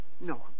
No